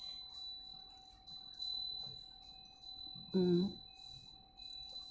mmhmm